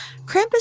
Krampus